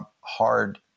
hard